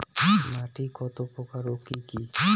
মাটি কত প্রকার ও কি কি?